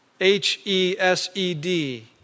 H-E-S-E-D